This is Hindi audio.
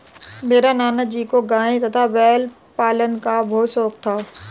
मेरे नाना जी को गाय तथा बैल पालन का बहुत शौक था